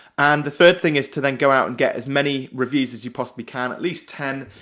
and the third thing is to then go out and get as many reviews as you possibly can, at least ten,